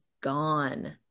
gone